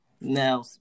Now